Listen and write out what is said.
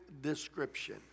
description